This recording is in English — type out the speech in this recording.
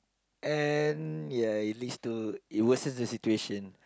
and ya it leads to it worsens the situation